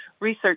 research